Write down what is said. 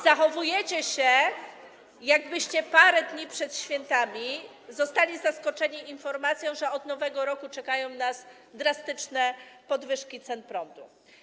Zachowujecie się tak, jakbyście parę dni przed świętami zostali zaskoczeni informacją, że od nowego roku czekają nas drastyczne podwyżki cen prądu.